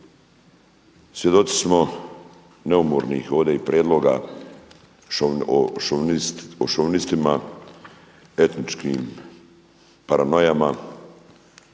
Svjedoci smo neumornih ovdje i prijedloga o šovinistima, etničkim paranojama.